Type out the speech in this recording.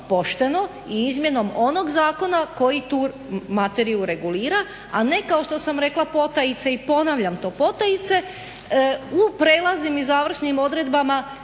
i izmjenom onog zakona koji tu materiju regulira, a ne kao što sam rekla potajice i ponavljam to potajice u prelaznim i završnim odredbama